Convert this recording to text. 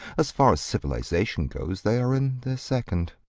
as far as civilisation goes they are in their second.